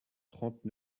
trente